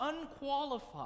unqualified